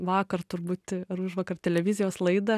vakar turbūt ar užvakar televizijos laidą